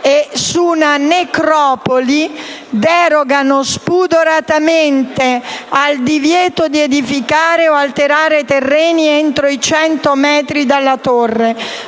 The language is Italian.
e una necropoli, derogano spudoratamente al divieto di edificare o alterare i terreni entro i 100 metri dalla Torre,